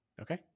Okay